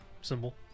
symbol